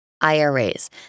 IRAs